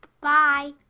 Bye